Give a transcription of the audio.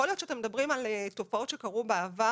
יכול להיות שאתם מדברים על תופעות שקרו בעבר.